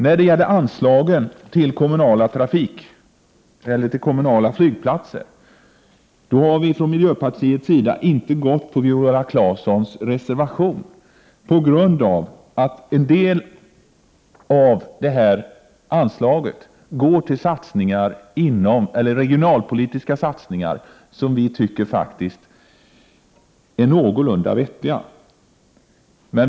När det gäller bidragen till kommunala flygplatser har vi från miljöpartiets sida inte ställt oss bakom Viola Claessons reservation, eftersom detta anslag delvis går till regionalpolitiska satsningar som vi tycker är någorlunda vettiga.